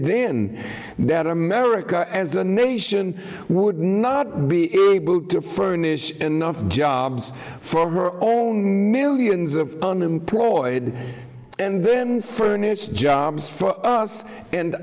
then that america as a nation would not be able to furnish enough jobs for her own millions of unemployed and then furnish jobs for us and